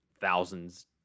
Thousands